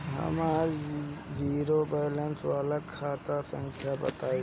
हमर zero balance वाला खाता संख्या बताई?